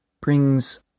brings